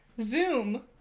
Zoom